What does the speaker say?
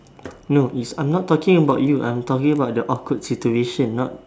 no is I'm not talking about you I'm talking about the awkward situation not